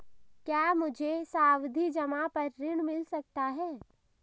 क्या मुझे सावधि जमा पर ऋण मिल सकता है?